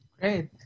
Great